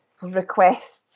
requests